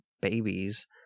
Babies